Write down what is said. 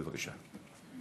בבקשה.